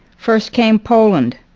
first came poland,